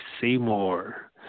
Seymour